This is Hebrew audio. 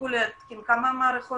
יצטרכו להתקין כמה מערכות,